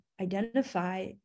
identify